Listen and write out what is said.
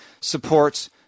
supports